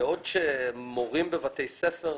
בעוטף עזה.